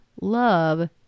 love